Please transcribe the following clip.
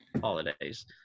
holidays